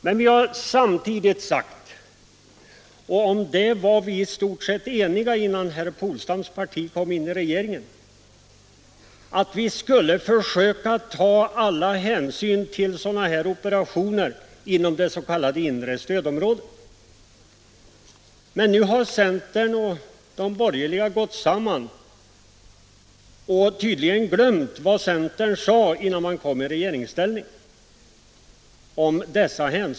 Men vi har samtidigt sagt - och om det var vi i stort sett eniga innan herr Polstams parti kom in i regeringen — att vi skulle försöka ta alla hänsyn när det gällde sådana här operationer inom det inre stödområdet. Men nu har centern gått samman med övriga borgerliga partier och tydligen glömt vad centern uttalade om dessa hänsyn innan man kom i regeringsställning.